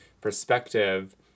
perspective